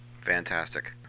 Fantastic